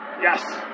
Yes